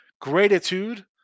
Gratitude